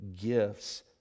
gifts